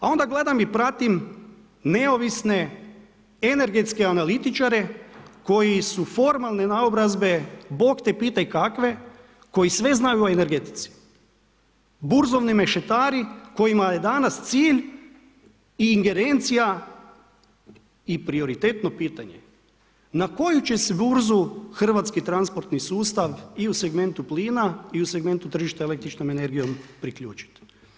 A onda gledam i pratim neovisne energetske analitičar koji su formalne naobrazbe, Bog te pitaj kakve, koji sve znaju o energetici, burzovni mešetari kojima je danas cilj i ingerencija i prioritetno pitanje na koju će se burzu hrvatski transportni sustav i u segmentu plina i u segmentu tržišta električnom energijom priključiti.